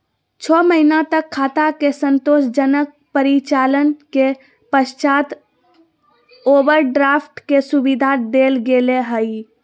छो महीना तक खाता के संतोषजनक परिचालन के पश्चात ओवरड्राफ्ट के सुविधा देल गेलय हइ